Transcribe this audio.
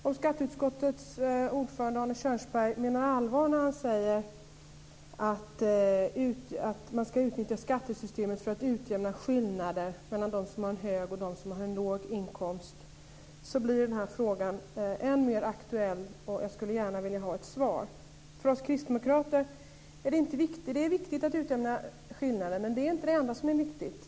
Om skatteutskottets ordförande Arne Kjörnsberg menar allvar när han säger att man ska utnyttja skattesystemet för att utjämna skillnader mellan dem som har en hög inkomst och dem som har en låg inkomst blir den här frågan än mer aktuell. Jag skulle gärna vilja ha ett svar. För oss kristdemokrater är det viktigt att utjämna skillnader, men det är inte det enda som är viktigt.